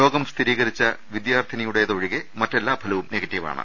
രോഗം സ്ഥിരീകരിച്ച വിദ്യാർത്ഥിനി യുടേത് ഒഴികെ മറ്റെല്ലാ ഫലവും നെഗറ്റീവാണ്